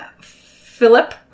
Philip